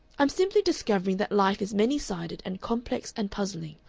i'm simply discovering that life is many-sided and complex and puzzling.